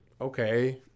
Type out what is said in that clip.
okay